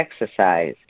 exercise